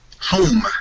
Home